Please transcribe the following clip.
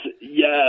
yes